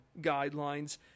guidelines